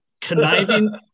conniving